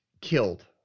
killed